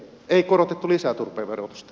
ei korotettu lisää turpeen verotusta